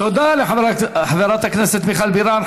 תודה לחברת הכנסת מיכל בירן.